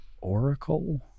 Oracle